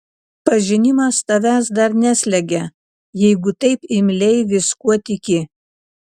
pažinimas tavęs dar neslegia jeigu taip imliai viskuo tiki